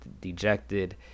dejected